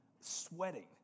sweating